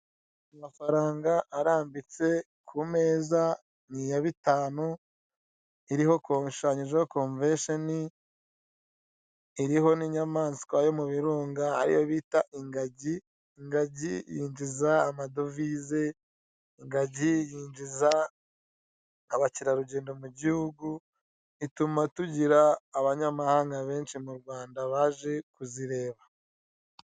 Amafaranga arambitse ku meza n'iya bitanu ishushanyijeho konvenshoni iriho n'inyamaswa yo mu birunga ariyo bita ingagi, ingagi yinjiza amadovize, ingagi yinjiza abakerarugendo mu gihugu, ituma tugira abanyamahanga benshi mu gihugu baje kuzireba.